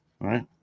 right